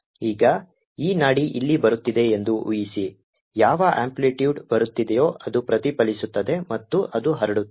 ಈಗ ಈ ನಾಡಿ ಇಲ್ಲಿ ಬರುತ್ತಿದೆ ಎಂದು ಊಹಿಸಿ ಯಾವ ಅಂಪ್ಲಿಟ್ಯೂಡ್ ಬರುತ್ತಿದೆಯೋ ಅದು ಪ್ರತಿಫಲಿಸುತ್ತದೆ ಮತ್ತು ಅದು ಹರಡುತ್ತದೆ